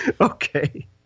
Okay